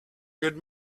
good